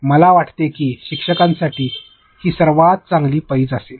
मला वाटते की शिक्षकांकरिता ही सर्वात चांगली पैज असेल